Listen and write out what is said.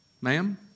Ma'am